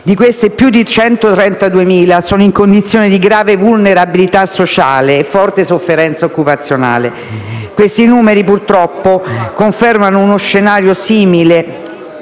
Di questi, più di 132.000 sono in condizione di grave vulnerabilità sociale e forte sofferenza occupazionale. Questi numeri, purtroppo, confermano uno scenario simile